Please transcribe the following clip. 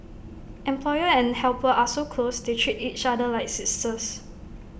employer and helper are so close they treat each other like sisters